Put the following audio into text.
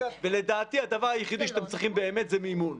ולדעתי הדבר היחידי שאתם צריכים באמת זה מימון.